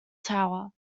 tower